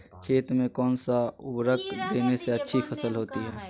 खेत में कौन सा उर्वरक देने से अच्छी फसल होती है?